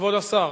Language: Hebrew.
כבוד השר